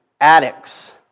addicts